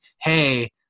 hey